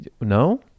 No